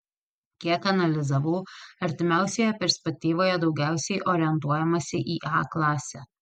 kiek analizavau artimiausioje perspektyvoje daugiausiai orientuojamasi į a klasę